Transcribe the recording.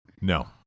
no